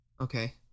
Okay